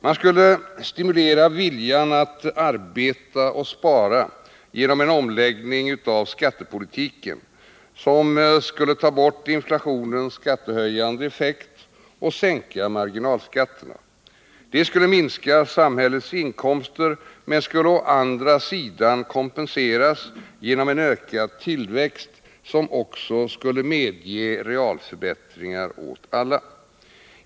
Man skulle stimulera viljan att arbeta och spara genom en omläggning av skattepolitiken, som skulle ta bort inflationens skattehöjande effekt, och sänka marginalskatterna. Det skulle minska samhällets inkomster, men skulle å andra sidan kompenseras genom ökad tillväxt som också skulle medge realförbättringar åt alla.